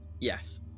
Yes